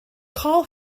call